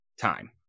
time